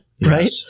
right